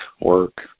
work